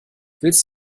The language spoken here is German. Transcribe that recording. willst